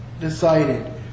decided